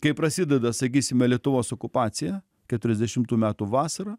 kai prasideda sakysime lietuvos okupacija keturiasdešimtų metų vasarą